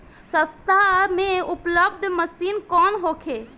सस्ता में उपलब्ध मशीन कौन होखे?